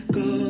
go